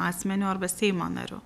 asmeniu arba seimo nariu